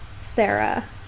Sarah